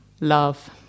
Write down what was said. love